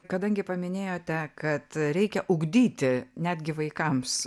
kadangi paminėjote kad reikia ugdyti netgi vaikams